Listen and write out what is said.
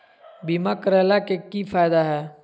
बीमा करैला के की फायदा है?